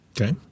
Okay